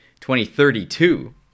2032